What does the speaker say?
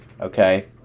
okay